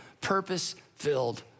purpose-filled